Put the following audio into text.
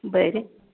बरं